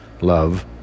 Love